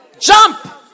Jump